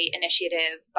initiative